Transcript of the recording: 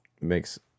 Makes